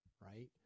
right